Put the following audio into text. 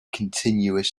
continuous